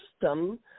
system